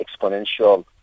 exponential